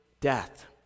death